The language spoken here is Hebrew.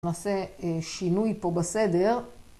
נעשה שינוי פה בסדר.